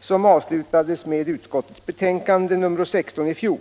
som avslutades med utskottets betänkande nr 16 i fjol.